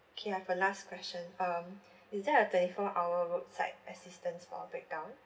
K I've a last question um is there a twenty four hour roadside assistance for a breakdown